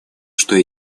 что